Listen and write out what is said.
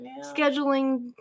scheduling